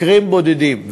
מקרים בודדים.